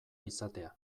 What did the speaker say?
izatea